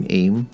aim